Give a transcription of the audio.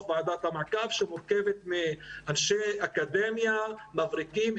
ועדת המעקב שמורכבת מאנשי אקדמיה מבריקים.